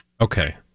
Okay